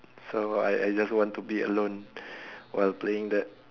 so I I just want to be alone while playing that